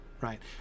right